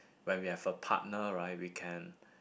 when we have a partner right we can